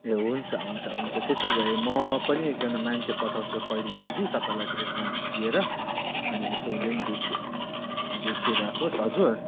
ए हुन्छ हुन्छ हुन्छ त्यसो भए म पनि एकजना मान्छे पठाउँछु पहिले चाहिँ कि तपाईँलाई एडभान्स दिएर अनि यसो उसले पनि देखि देखि राखोस् हजुर